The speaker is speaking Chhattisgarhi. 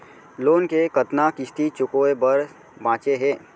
लोन के कतना किस्ती चुकाए बर बांचे हे?